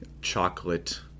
chocolate